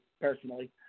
personally